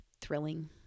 thrilling